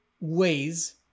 ways